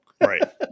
Right